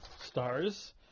stars